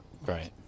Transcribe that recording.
Right